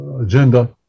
agenda